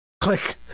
Click